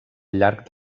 llarg